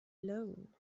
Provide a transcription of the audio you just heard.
loan